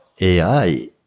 AI